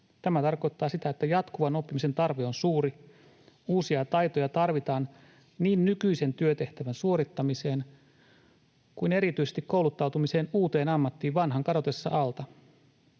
Tämä tarkoittaa sitä, että jatkuvan oppimisen tarve on suuri, uusia taitoja tarvitaan niin nykyisen työtehtävän suorittamiseen kuin erityisesti kouluttautumiseen uuteen ammattiin vanhan kadotessa alta.